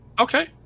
Okay